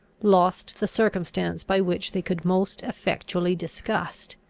lost the circumstance by which they could most effectually disgust,